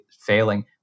failing